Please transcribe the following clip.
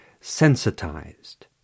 sensitized